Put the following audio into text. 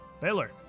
Baylor